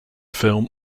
film